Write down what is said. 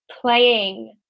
playing